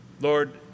Lord